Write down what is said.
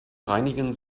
reinigen